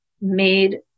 made